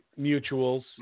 mutuals